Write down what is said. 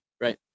right